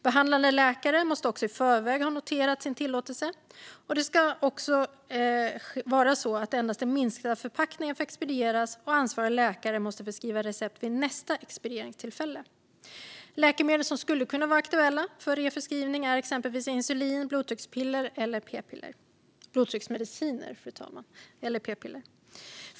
Behandlande läkare måste också i förväg ha noterat sin tillåtelse. Det ska också vara så att endast den minsta förpackningen får expedieras, och ansvarig läkare måste förskriva recept inför nästa expedieringstillfälle. Läkemedel som skulle kunna vara aktuella för re-förskrivning är exempelvis insulin, blodtrycksmediciner eller p-piller.